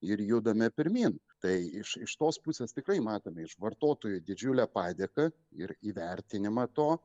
ir judame pirmyn tai iš iš tos pusės tikrai matome iš vartotojų didžiulę padėką ir įvertinimą to